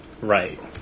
Right